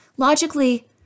Logically